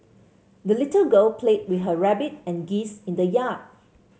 the little girl played with her rabbit and geese in the yard